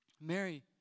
Mary